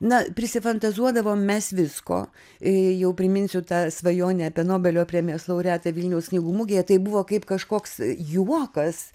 na prisifantazuodavom mes visko jau priminsiu tą svajonę apie nobelio premijos laureatą vilniaus knygų mugėje tai buvo kaip kažkoks juokas